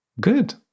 Good